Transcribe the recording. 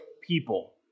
people